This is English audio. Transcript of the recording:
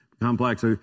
complex